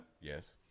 Yes